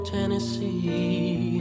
Tennessee